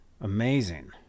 Amazing